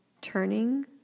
turning